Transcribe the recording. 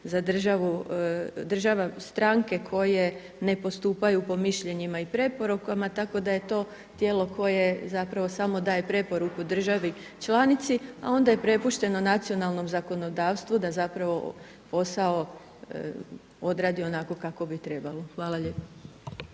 za državu, država stranke koje ne postupaju po mišljenjima i preporukama tako da je to tijelo koje samo daje preporuku državi članici, a onda je prepušteno nacionalnom zakonodavstvu da zapravo posao odradi onako kako bi trebalo. Hvala lijepo.